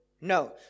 No